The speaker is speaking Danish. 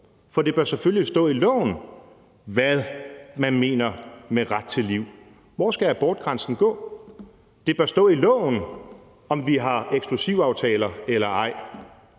for det bør selvfølgelig stå i loven, hvad man mener med ret til liv. Hvor skal abortgrænsen gå? Det bør stå i loven, om vi har eksklusivaftaler eller ej.